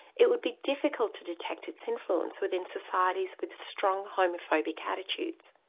it would be difficult to detect its influence within societies with strong homophobic attitudes.